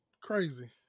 Crazy